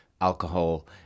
alcohol